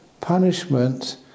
Punishment